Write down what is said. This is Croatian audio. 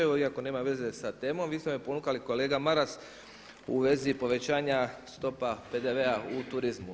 Evo iako nema veza sa temom vi ste me ponukali kolega Maras u vezi povećanja stopa PDV-a u turizmu.